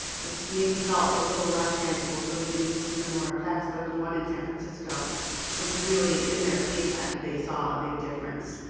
which maybe felt a little less tangible, so we didn't see similar effects. but the one in san francisco was really in their paycheck they saw a big difference.